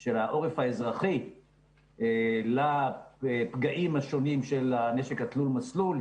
של העורף האזרחי לפגעים השונים של הנשק תלול המסלול,